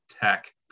tech